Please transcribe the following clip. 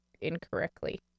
incorrectly